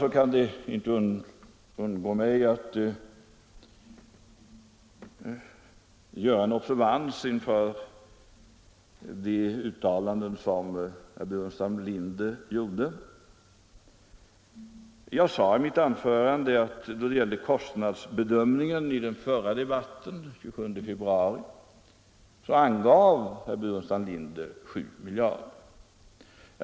Jag kan inte undgå en observans inför de uttalanden som herr Burenstam Linder gjorde. Jag sade i mitt förra anförande att då det gäller kostnadsbedömningen beträffande Stålverk 80 angav herr Burenstam Linder i debatten den 27 februari kostnaden till 7 miljarder.